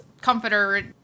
comforter